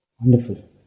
Wonderful